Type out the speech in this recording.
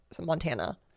Montana